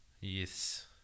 Yes